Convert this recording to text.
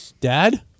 Dad